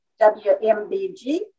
WMBG